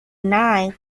nye